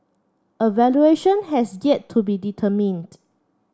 a valuation has yet to be determined